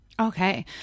Okay